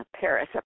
Paris